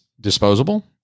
disposable